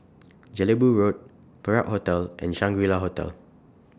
Jelebu Road Perak Hotel and Shangri La Hotel